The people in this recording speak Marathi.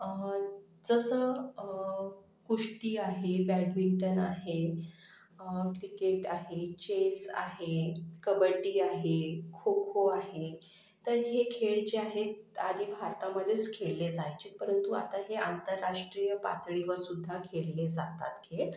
जसं कुश्ती आहे बॅडमिंटन आहे क्रिकेट आहे चेस आहे कबड्डी आहे खो खो आहे तर हे खेळ जे आहेत आधी भारतामध्येच खेळले जायचे परंतु आता हे आंतरराष्ट्रीय पातळीवरसुद्धा खेळले जातात खेळ